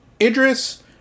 Idris